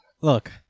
Look